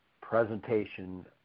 presentation